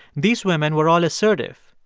these women were all assertive,